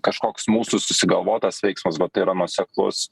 kažkoks mūsų susigalvotas veiksmas bet tai yra nuoseklus